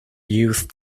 youth